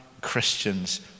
Christians